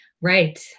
Right